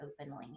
openly